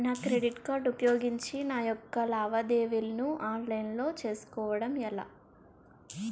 నా credit card ఉపయోగించి నా యెక్క లావాదేవీలను ఆన్లైన్ లో చేసుకోవడం ఎలా?